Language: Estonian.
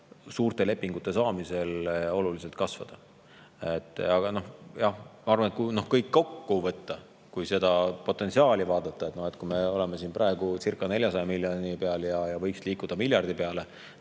suurte lepingute saamisel oluliselt kasvada. Aga kui kõik kokku võtta, kui seda potentsiaali vaadata – me oleme siin praegucirca400 miljoni euro peal ja võiks liikuda miljardi peale